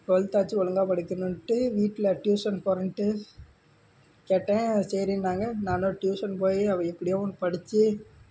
டுவெல்த்தாச்சும் ஒழுங்காக படிக்கணுன்ட்டு வீட்டில் ட்யூசன் போகிறேன்ட்டு கேட்டேன் சரின்னாங்க நான்லாம் ட்யூசன் போய் அப்போ எப்படியோ ஒன்று படித்து